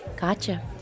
Gotcha